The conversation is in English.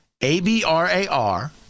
A-B-R-A-R